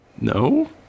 No